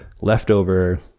leftover